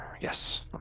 Yes